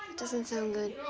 doesn't sound good.